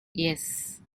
yes